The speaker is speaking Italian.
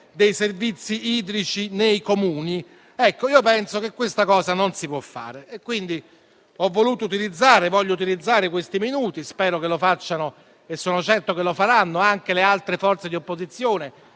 dei servizi idrici nei Comuni? Io ritengo che ciò non si possa fare e quindi ho voluto e voglio così utilizzare questi minuti. Spero che lo facciano e sono certo che lo faranno anche le altre forze di opposizione,